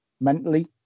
mentally